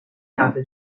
نفع